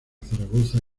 zaragoza